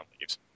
leaves